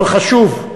אבל חשוב,